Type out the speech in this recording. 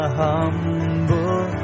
humble